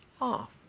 off